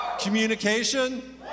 Communication